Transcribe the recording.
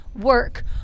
work